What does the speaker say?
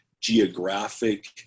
geographic